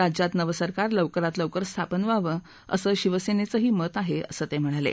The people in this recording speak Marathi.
राज्यात नवं सरकार लवकरात लवकर स्थापन व्हावं असंच शिवसन्नीही मत आहा असं ते म्हणाले